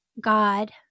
god